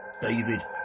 David